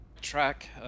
track